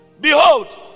Behold